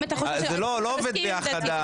זה לא הולך כך.